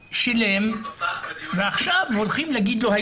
שילם ועכשיו הולכים להגיד לו,